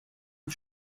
den